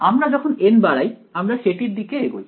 আমরা যখন n বাড়াই আমরা সেটির দিকে এগোই